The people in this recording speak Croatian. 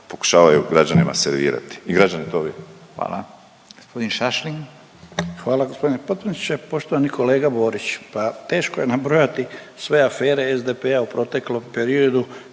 pokušavaju građanima servirati i građani u to vjeruju.